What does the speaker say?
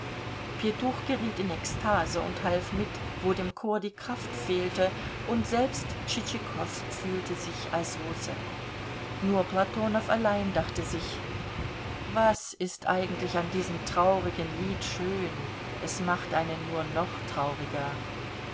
pjetuch geriet in ekstase und half mit wo dem chor die kraft fehlte und selbst tschitschikow fühlte sich als russe nur platonow allein dachte sich was ist eigentlich an diesem traurigen lied schön es macht einen nur noch trauriger